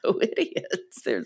idiots